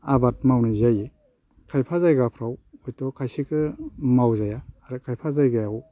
आबाद मावनाय जायो खायफा जायगाफ्राव हयथ' खायसेखौ मावजाया आरो खायफा जायगायाव